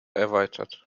erweitert